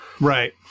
Right